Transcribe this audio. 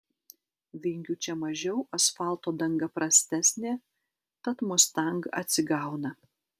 vingių čia mažiau asfalto danga prastesnė tad mustang atsigauna